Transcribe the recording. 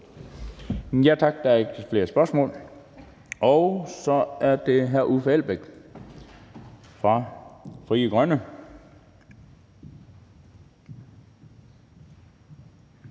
Tak. Der er ikke flere spørgsmål. Så er det hr. Uffe Elbæk fra Frie Grønne.